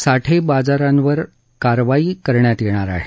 साठेबाजारांवर कारवाई करण्यात येणार आहे